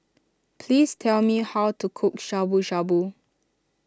please tell me how to cook Shabu Shabu